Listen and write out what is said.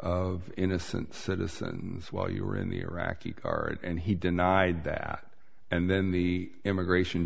of innocent citizens while you were in the iraqi card and he denied that and then the immigration